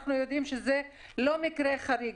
אנחנו יודעים שזה לא מקרה חריג,